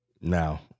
Now